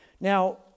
Now